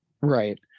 Right